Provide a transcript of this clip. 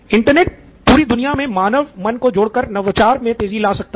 internet पूरी दुनिया में मानव मन को जोड़कर नवाचार में तेजी ला सकता है